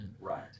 Right